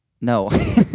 No